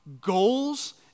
goals